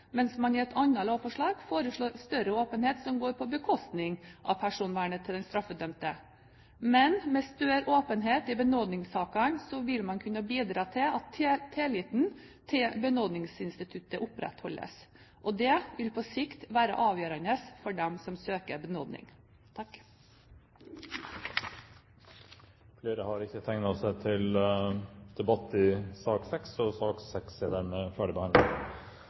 mens man i et annet lovforslag foreslår større åpenhet, som går på bekostning av personvernet til den straffedømte. Men med større åpenhet i benådningssakene vil man kunne bidra til at tilliten til benådningsinstituttet opprettholdes. Det vil på sikt være avgjørende for dem som søker benådning. Flere har ikke bedt om ordet til sak nr. 6. Etter ønske fra justiskomiteen vil presidenten foreslå at taletiden begrenses til 40 minutter og